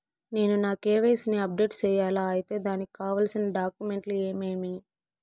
నేను నా కె.వై.సి ని అప్డేట్ సేయాలా? అయితే దానికి కావాల్సిన డాక్యుమెంట్లు ఏమేమీ?